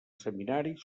seminaris